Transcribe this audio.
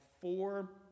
four